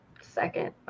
second